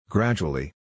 Gradually